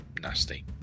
nasty